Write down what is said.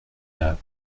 n’a